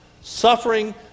suffering